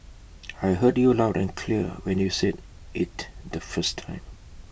I heard you loud and clear when you said IT the first time